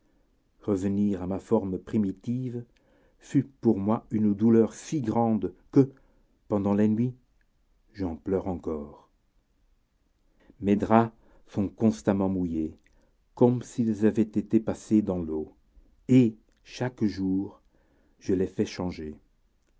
revenir à ma forme primitive fut pour moi une douleur si grande que pendant les nuits j'en pleure encore mes draps sont constamment mouillés comme s'ils avaient été passés dans l'eau et chaque jour je les fais changer